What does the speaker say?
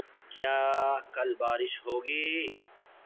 کیا کل بارش ہوگی